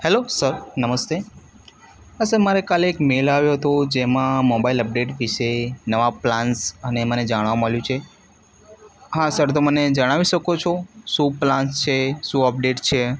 hello sir નમસ્તે હા sir મારે કાલે એક મેલ આવ્યો હતો જેમાં મોબાઈલ અપડેટ વિષે નવા પ્લાન્સ અને મને જાણવા મળ્યું છે હા સર તો મને જણાવી શકો છો શું પ્લાન્સ છે શું અપડેટ છે